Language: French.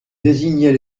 désignait